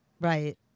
Right